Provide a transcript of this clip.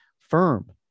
Firm